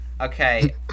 Okay